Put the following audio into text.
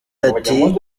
ati